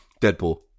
Deadpool